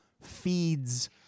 feeds